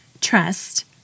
trust